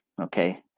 Okay